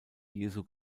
jesu